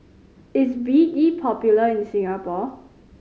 is B D popular in Singapore